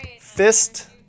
fist